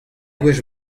gwech